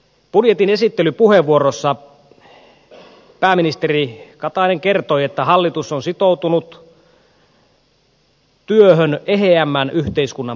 budjetin esittelypuheenvuorossa pääministeri katainen kertoi että hallitus on sitoutunut työhön eheämmän yhteiskunnan puolesta